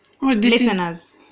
Listeners